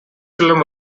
children